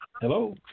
Hello